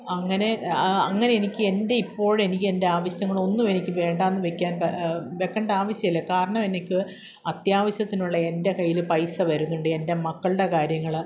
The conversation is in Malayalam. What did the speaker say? അങ്ങനെ അങ്ങനെ എനിക്ക് എൻ്റെ ഇപ്പോഴെനിക്ക് എൻ്റെ ആവശ്യങ്ങളൊന്നും എനിക്ക് വേണ്ടായെന്നു വയ്ക്കേണ്ട വയ്ക്കേണ്ട ആവശ്യമില്ല കാരണം എനിക്ക് അത്യാവശ്യത്തിനുള്ള എൻ്റെ കയ്യിൽ പൈസ വരുന്നുണ്ട് എൻ്റെ മക്കളുടെ കാര്യങ്ങൾ